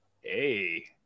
Hey